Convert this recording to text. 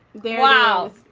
wow.